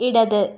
ഇടത്